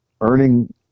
earning